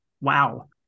wow